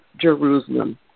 Jerusalem